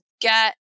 get